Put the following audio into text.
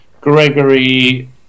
Gregory